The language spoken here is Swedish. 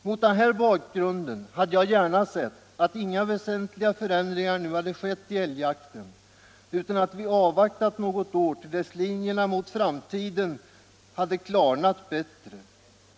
Mot denna bakgrund hade jag gärna sett att inga väsentliga förändringar nu hade skett i älgjakten utan att vi avvaktat något år till dess linjerna mot framtiden hade klarnat bättre.